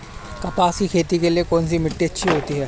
कपास की खेती के लिए कौन सी मिट्टी अच्छी होती है?